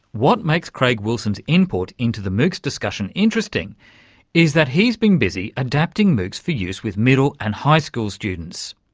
what makes craig wilson's input into the moocs discussion interesting is that he's been busy adapting moocs for use with middle and high school students.